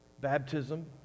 baptism